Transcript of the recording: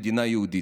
המדינה היהודית,